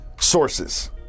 sources